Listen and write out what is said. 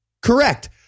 correct